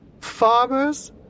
farmers